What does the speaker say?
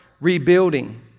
rebuilding